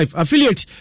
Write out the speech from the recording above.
affiliate